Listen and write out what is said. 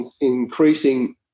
increasing